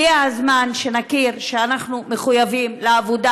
הגיע הזמן שנכיר שאנחנו מחויבים לעבודה